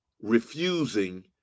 refusing